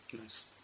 nice